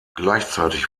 gleichzeitig